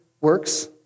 works